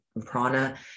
Prana